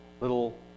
little